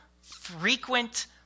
frequent